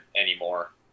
anymore